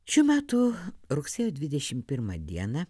šių metų rugsėjo dvidešimt pirmą dieną